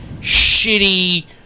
shitty